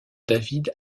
david